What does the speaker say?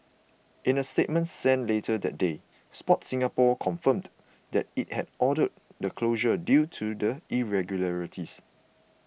in a statement sent later that day Sport Singapore confirmed that it had ordered the closure due to the irregularities